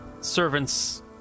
servants